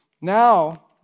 Now